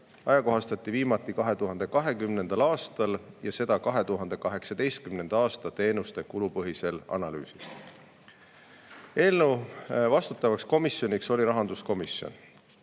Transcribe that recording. ajakohastati viimati 2020. aastal ja seda tehti 2018. aasta teenuste kulupõhise analüüsi põhjal. Eelnõu vastutav komisjon oli rahanduskomisjon.